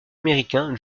américain